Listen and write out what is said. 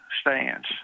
Stands